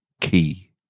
key